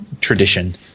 tradition